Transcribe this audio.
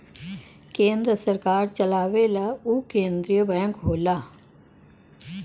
केन्द्र सरकार चलावेला उ केन्द्रिय बैंक होला